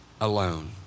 alone